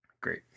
Great